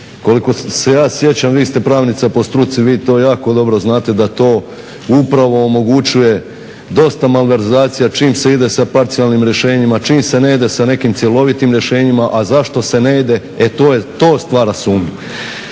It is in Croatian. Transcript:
Koliko se ja sjećam vi ste pravnica po struci, vi to jako dobro znate da to upravo omogućuje dosta malverzacija čim se ide sa parcijalnim rješenjima, čim se ne ide sa nekim cjelovitim rješenjima, a zašto se ne ide e to stvara sumnju.